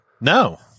no